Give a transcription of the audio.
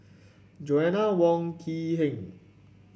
Joanna Wong Quee Heng